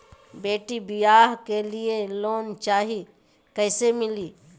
बेटी ब्याह के लिए लोन चाही, कैसे मिली?